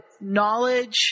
knowledge